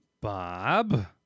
Bob